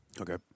Okay